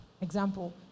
example